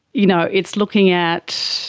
you know it's looking at